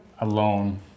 alone